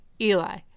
Eli